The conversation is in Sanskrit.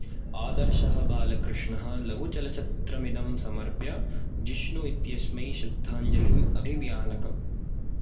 आदर्शः बालकृष्णः लघुचलच्चित्रमिदं समर्प्य जिष्णुः इत्यस्मै श्रद्धाञ्जलिम् अभिव्यानक्